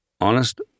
honest